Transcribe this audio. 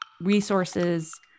Resources